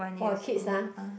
for kids ah